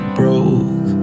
broke